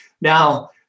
Now